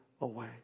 away